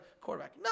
quarterback